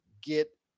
get